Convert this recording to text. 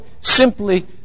simply